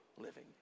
living